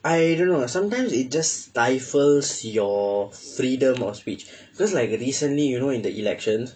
I don't know sometimes it just stifles your freedom of speech because like recently you know in the election